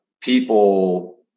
people –